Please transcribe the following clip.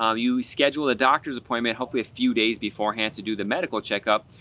um you schedule a doctor's appointment hopefully a few days beforehand to do the medical checkup.